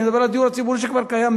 אני מדבר על הדיור הציבורי שכבר קיים,